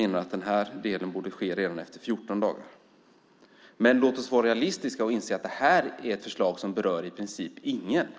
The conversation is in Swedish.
I den här delen borde något ske redan efter 14 dagar. Men låt oss vara realistiska och inse att förslaget i princip inte berör någon.